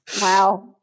wow